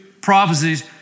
prophecies